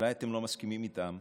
אולי אתם לא מסכימים איתם,